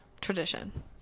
tradition